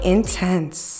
Intense